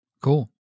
Cool